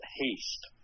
haste